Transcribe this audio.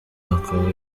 akaba